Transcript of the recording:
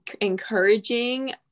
encouraging